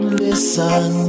listen